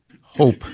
hope